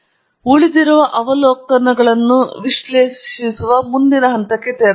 ನಾವು ಉಳಿದಿರುವ ಅವಲೋಕನಗಳನ್ನು ವಿಶ್ಲೇಷಿಸುವ ಮುಂದಿನ ಹಂತಕ್ಕೆ ತೆರಳೋಣ